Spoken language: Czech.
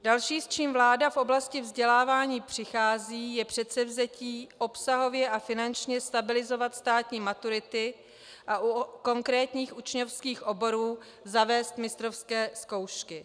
Další, s čím vláda v oblasti vzdělávání přichází, je předsevzetí obsahově a finančně stabilizovat státní maturity a u konkrétních učňovských oborů zavést mistrovské zkoušky.